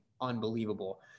unbelievable